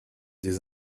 des